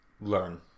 learn